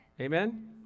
Amen